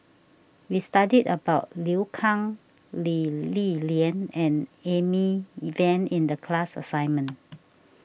we studied about Liu Kang Lee Li Lian and Amy E Van in the class assignment